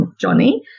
Johnny